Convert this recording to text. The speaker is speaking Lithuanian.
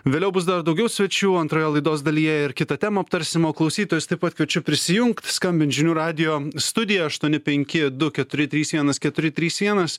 vėliau bus dar daugiau svečių antroje laidos dalyje ir kitą temą aptarsim o klausytojus taip pat kviečiu prisijungt skambint žinių radijo studiją aštuoni penki du keturi trys vienas keturi trys vienas